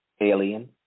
alien